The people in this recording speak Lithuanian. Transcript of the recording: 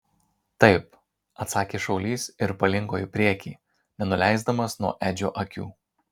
taip atsakė šaulys ir palinko į priekį nenuleisdamas nuo edžio akių